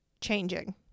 changing